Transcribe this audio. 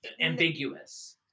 ambiguous